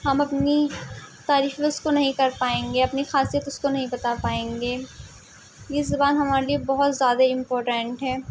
ہم اپنی تعریفیں اس کو نہیں کر پائیں گے اپنی خاصیت اس کو نہیں بتا پائیں گے یہ زبان ہمارے لیے بہت زیادہ امپارٹنٹ ہے